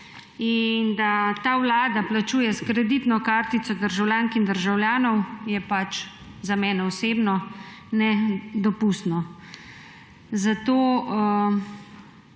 To, da ta vlada plačuje s kreditno kartico državljank in državljanov, je za mene osebno nedopustno, zato